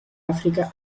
áfrica